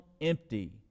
empty